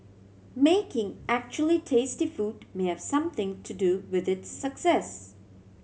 making actually tasty food may have something to do with its success